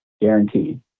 guaranteed